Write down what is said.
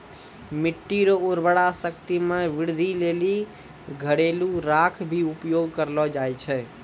मिट्टी रो उर्वरा शक्ति मे वृद्धि लेली घरेलू राख भी उपयोग करलो जाय छै